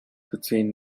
between